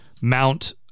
Mount